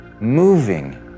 moving